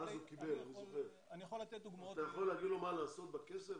אתה יכול להגיד לו מה לעשות בכסף?